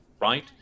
right